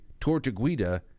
Tortuguita